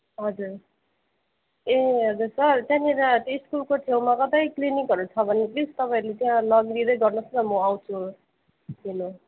हजुर ए हजुर सर त्यहाँनिर त्यहाँ स्कुलको छेउमा कतै क्लिनिकहरू छ भने प्लिज तपाईंँरूले त्यहाँ लगिदिँदै गर्नुहोस् ल म आउँछु लिनु